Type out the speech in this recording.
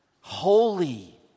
Holy